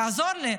תעזור לי.